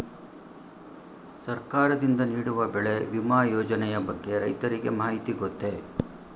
ಸರ್ಕಾರದಿಂದ ನೀಡುವ ಬೆಳೆ ವಿಮಾ ಯೋಜನೆಯ ಬಗ್ಗೆ ರೈತರಿಗೆ ಮಾಹಿತಿ ಗೊತ್ತೇ?